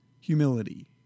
humility